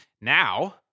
now